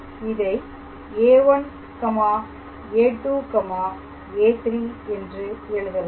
இதை a1a2a3 என்று எழுதலாம்